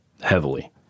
heavily